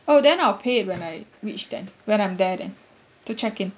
oh then I'll pay it when I reach then when I'm there then to check in